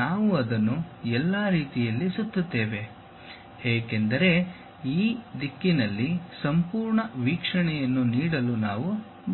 ನಾವು ಅದನ್ನು ಎಲ್ಲಾ ರೀತಿಯಲ್ಲಿ ಸುತ್ತುತ್ತೇವೆ ಏಕೆಂದರೆ ಈ ದಿಕ್ಕಿನಲ್ಲಿ ಸಂಪೂರ್ಣ ವೀಕ್ಷಣೆಯನ್ನು ನೀಡಲು ನಾವು ಬಯಸುತ್ತೇವೆ